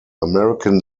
american